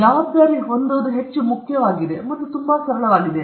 ಜವಾಬ್ದಾರಿ ಹೊಂದುವುದು ಹೆಚ್ಚು ಮುಖ್ಯವಾದುದು ಮತ್ತು ತುಂಬಾ ಸರಳವಾಗಿದೆ